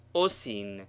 osin